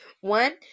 One